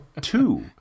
two